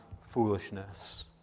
foolishness